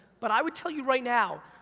but i would tell you right now,